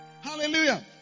Hallelujah